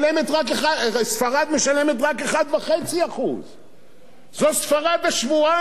וספרד משלמת רק 1.5%. זו ספרד השבורה.